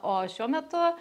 o šiuo metu